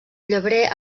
llebrer